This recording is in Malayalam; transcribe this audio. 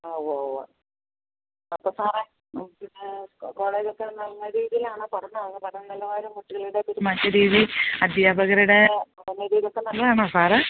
ആ ഉവ്വ് ഉവ്വ് അപ്പം സാറെ നോക്കിയിട്ട് കോളേജൊക്കെ നല്ല രീതിയിലാണോ തുറന്നോ അതോ പഠന നിലവാരം കുട്ടികളുടെയൊക്കെ ഒരു മറ്റ് രീതി അധ്യാപകരുടെ പഠന രീതിയൊക്കെ നല്ലതാണോ സാറെ